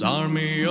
army